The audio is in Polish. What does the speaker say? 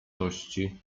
tości